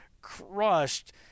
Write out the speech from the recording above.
crushed